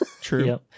True